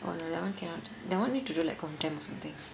!wah! th~ that [one] cannot that [one] need to do like contemporary or something